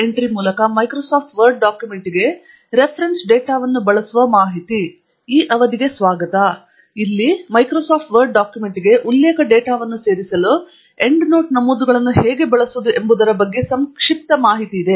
ಇಲ್ಲಿ Microsoft Word ಡಾಕ್ಯುಮೆಂಟ್ಗೆಗೆ ಉಲ್ಲೇಖ ಡೇಟಾವನ್ನು ಸೇರಿಸಲು ಎಂಡ್ನೋಟ್ ನಮೂದುಗಳನ್ನು ಹೇಗೆ ಬಳಸುವುದು ಎಂಬುದರ ಬಗ್ಗೆ ಸಂಕ್ಷಿಪ್ತ ಡೆಮೊ ಇದೆ